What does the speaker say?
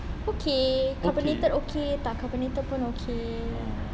okay carbonated okay tak carbonated pun okay